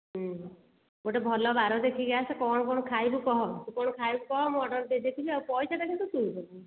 ଗୋଟେ ଭଲ ବାର ଦେଖିକି ଆସେ କ'ଣ କ'ଣ ଖାଇବୁ କହ ତୁ କ'ଣ ଖାଇବୁ କହ ମୁଁ ଅର୍ଡ଼ର ଦେଇଦେଇଥିବି ପଇସାଟା କିନ୍ତୁ ତୁ ଦେବୁ